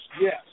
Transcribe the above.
yes